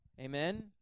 Amen